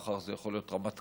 מחר זה יכול להיות רמטכ"ל,